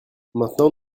maintenant